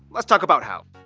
let's talk about how.